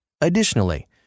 Additionally